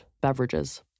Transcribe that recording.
beverages